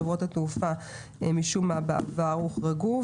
אבל חברות התעופה משום מה הוחרגו ממנה בעבר,